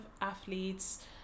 athletes